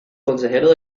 consejero